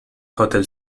hotel